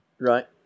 Right